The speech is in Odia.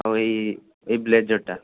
ଆଉ ଏଇ ଏଇ ବ୍ଲେଜର୍ ଟା